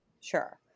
Sure